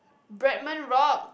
Breadman-Rock